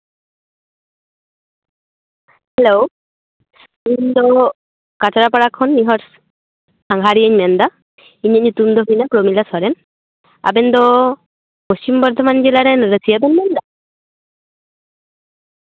hello ᱤᱧ ᱫᱚ ᱠᱟᱪᱨᱟᱯᱟᱲᱟ ᱠᱷᱚᱱ ᱢᱤᱫ ᱦᱚᱲ ᱥᱟᱸᱜᱷᱟᱨᱤᱭᱟᱹᱧ ᱢᱮᱱᱫᱟ ᱤᱧᱟᱜ ᱧᱩᱛᱩᱢ ᱫᱚ ᱦᱩᱭᱱᱟ ᱯᱨᱚᱢᱤᱞᱟ ᱥᱚᱨᱮᱱ ᱟᱵᱮᱱ ᱫᱚ ᱯᱚᱥᱪᱷᱤᱢ ᱵᱚᱨᱫᱷᱚᱢᱟᱱ ᱡᱮᱞᱟ ᱨᱮᱱ ᱨᱟᱹᱥᱭᱟᱹ ᱵᱮᱱ ᱢᱮᱱᱫᱟ